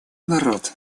народ